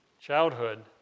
Childhood